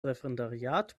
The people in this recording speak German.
referendariat